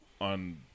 on